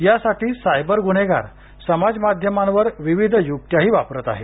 यासाठी सायबर ग्रन्हेगार समाज माध्यमांवर विविध युक्त्याही वापरत आहेत